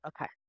okay